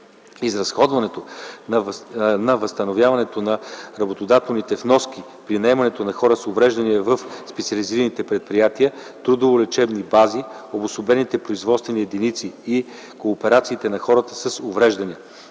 изразходването на възстановените на работодателите вноски при наемането на хора с увреждания в специализираните предприятия, трудово-лечебните бази, обособените производствени единици и кооперациите на хората с увреждания.